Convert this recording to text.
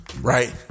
right